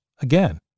again